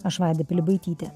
aš vaida pilibaitytė